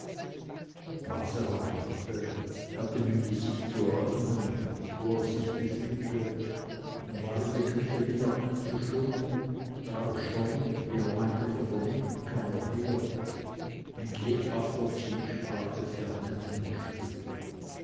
waser erwachte hatte mühe sich zu erinnern wo er sich befinde und war im begriffe wieder einzuschlummern da erschollen wie er meinte von der nebenkammer her in lebhafter zwiesprache ferne männerstimmen